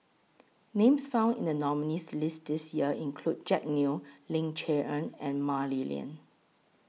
Names found in The nominees' list This Year include Jack Neo Ling Cher Eng and Mah Li Lian